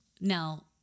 Now